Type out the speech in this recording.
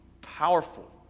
powerful